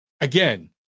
Again